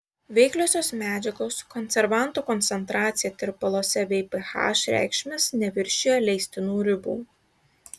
veikliosios medžiagos konservanto koncentracija tirpaluose bei ph reikšmės neviršijo leistinų ribų